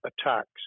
attacks